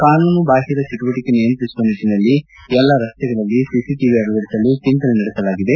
ಕಾನೂನು ಬಾಹಿರ ಚಟುವಟಕೆ ನಿಯಂತ್ರಿಸುವ ನಿಟ್ಟನಲ್ಲಿ ಎಲ್ಲಾ ರಸ್ತೆಗಳಲ್ಲಿ ಖಟಿವಿ ಅಳವಡಿಸಲು ಚಿಂತನೆ ನಡೆಸಲಾಗಿದೆ